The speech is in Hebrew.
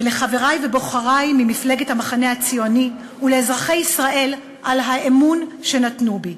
לחברי ולבוחרי ממפלגת המחנה הציוני ולאזרחי ישראל על האמון שנתנו בי.